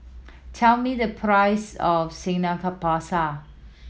tell me the price of Samgyeopsal